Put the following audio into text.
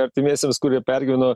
artimiesiems kurie pergyveno